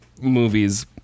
movies